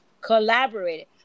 collaborated